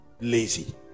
lazy